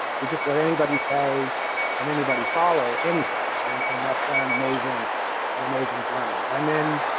we just let anybody say and anybody follow anything. and and that's been an amazing and amazing journey and then.